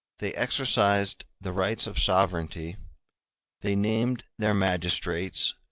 they exercised the rights of sovereignty they named their magistrates,